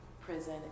prison